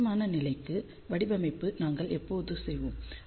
மோசமான நிலைக்கு வடிவமைப்பை நாங்கள் எப்போதும் செய்வோம்